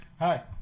Hi